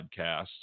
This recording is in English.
podcasts